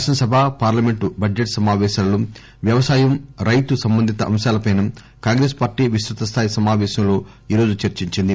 శాసన సభ parliament budget సమాపేశాలలో వ్యవసాయం రైతు సంబంధిత అంశాలపై కాంగ్రెస్ పార్టీ విస్తృత స్టాయి సమాపేశంలో ఈ రోజు చర్చించింది